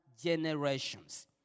generations